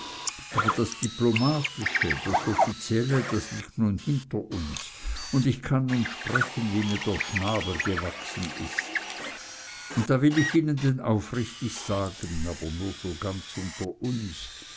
aber das diplomatische das offizielle das liegt nun hinter uns und ich kann nun sprechen wie mir der schnabel gewachsen ist und da will ich ihnen denn aufrichtig sagen aber nur so ganz unter uns